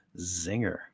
Zinger